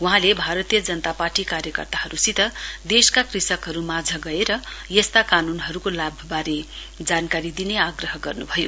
वहाँले भारतीय जनता पार्टी कार्यकर्ताहरूसित देशका कृषकहरूमाझ गएर यस्ता कानूनहरूको लाभबारे जानकारी दिने आग्रह गर्नुभयो